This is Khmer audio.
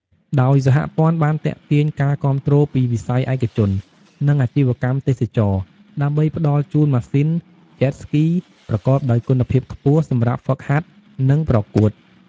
ដោយសហព័ន្ធបានទាក់ទាញការគាំទ្រពីវិស័យឯកជន និងអាជីវកម្មទេសចរណ៍ ដើម្បីផ្ដល់ជូនម៉ាស៊ីន Jet Ski ប្រកបដោយគុណភាពខ្ពស់សម្រាប់ហ្វឹកហាត់ និងប្រកួត។